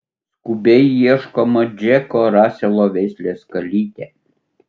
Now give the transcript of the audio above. skubiai ieškoma džeko raselo veislės kalytė